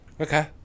Okay